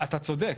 אתה צודק,